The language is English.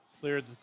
cleared